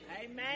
Amen